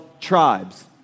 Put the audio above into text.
tribes